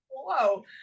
whoa